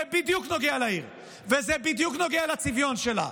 זה בדיוק נוגע לעיר, וזה בדיוק נוגע לצביון שלה,